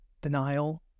denial